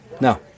No